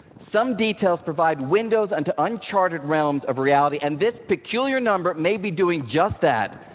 some details provide windows into uncharted realms of reality, and this peculiar number may be doing just that,